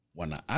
wana